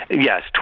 yes